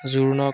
জোৰোণত